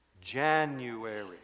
January